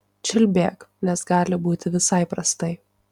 čiulbėk nes gali būti visai prastai